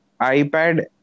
iPad